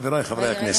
חברי חברי הכנסת,